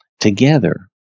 Together